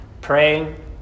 praying